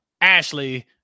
ashley